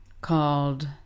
called